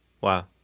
Wow